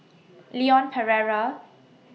Leon Perera